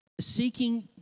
seeking